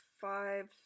five